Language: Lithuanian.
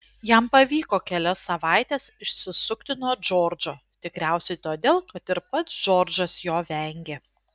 jam pavyko kelias savaites išsisukti nuo džordžo tikriausiai todėl kad ir pats džordžas jo vengė